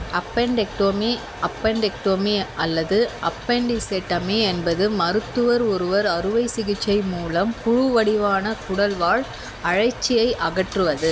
appendectomy appendectomy அல்லது appendicectomy என்பது மருத்துவர் ஒருவர் அறுவை சிகிச்சை மூலம் புழு வடிவான குடல்வால் அழற்சியை அகற்றுவது